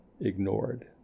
ignored